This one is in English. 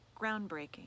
groundbreaking